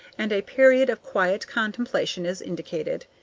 and a period of quiet contemplation is indicated.